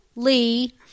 Lee